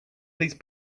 these